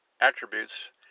attributes